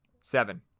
seven